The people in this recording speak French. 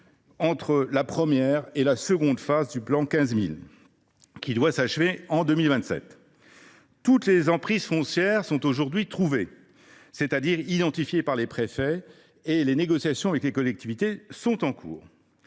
entre la première et la seconde phase du « plan 15 000 », qui doit s’achever en 2027. Toutes les emprises foncières sont aujourd’hui trouvées – c’est à dire identifiées par les préfets – et les négociations avec les collectivités sont en cours.